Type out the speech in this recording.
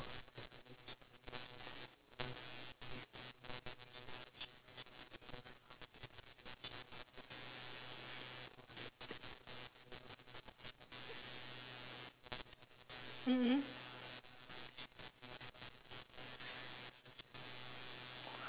mm mm